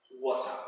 water